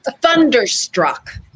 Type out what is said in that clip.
Thunderstruck